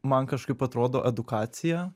man kažkaip atrodo edukacija